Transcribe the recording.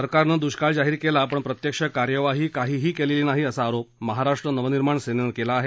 सरकारनं दुष्काळ जाहीर केला पण प्रत्यक्ष कार्यवाही काहीही केलेली नाही असा आरोप महाराष्ट्र नवनिर्माण सेनेनं केला आहे